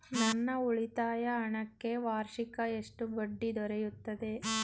ನನ್ನ ಉಳಿತಾಯ ಹಣಕ್ಕೆ ವಾರ್ಷಿಕ ಎಷ್ಟು ಬಡ್ಡಿ ದೊರೆಯುತ್ತದೆ?